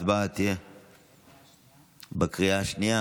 הצבעה בקריאה השנייה.